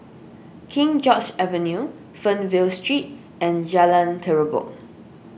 King George's Avenue Fernvale Street and Jalan Terubok